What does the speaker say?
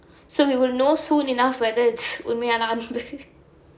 so we will know soon enough whether it's உண்மையா:unmaiyaa